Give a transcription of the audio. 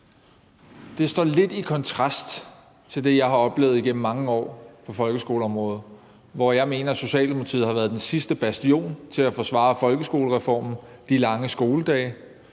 Det står lidt i kontrast til det, jeg har oplevet igennem mange år på folkeskoleområdet, hvor jeg mener Socialdemokratiet har været den sidste bastion i at forsvare folkeskolereformen, de lange skoledage,